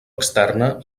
externa